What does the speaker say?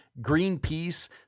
Greenpeace